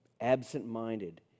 absent-minded